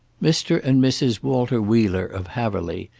mr. and mrs. walter wheeler, of haverly,